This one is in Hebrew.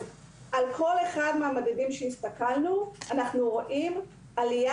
על כל אחד מהמדדים שהסתכלנו אנחנו רואים עלייה